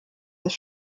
des